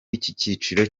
kiciro